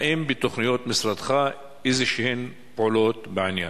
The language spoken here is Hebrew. האם בתוכניות משרדך איזשהן פעולות בעניין?